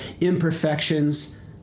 imperfections